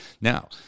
Now